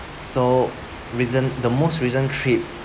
so recent the most recent trip